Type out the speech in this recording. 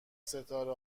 ستاره